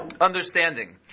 understanding